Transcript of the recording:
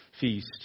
feast